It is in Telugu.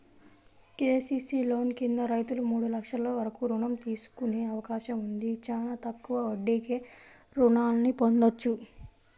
కేసీసీ లోన్ కింద రైతులు మూడు లక్షల వరకు రుణం తీసుకునే అవకాశం ఉంది, చానా తక్కువ వడ్డీకే రుణాల్ని పొందొచ్చు